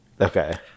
Okay